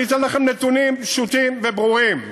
אני אתן לכם נתונים פשוטים וברורים: